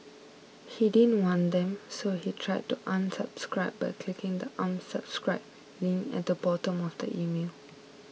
he didn't want them so he tried to unsubscribe by clicking the Unsubscribe link at the bottom of the email